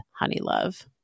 Honeylove